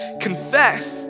confess